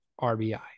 RBI